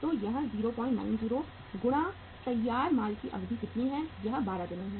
तो यह 090 गुणा तैयार माल की अवधि कितनी है यह 12 दिनों है